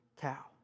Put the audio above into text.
cow